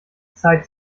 zeit